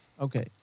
Okay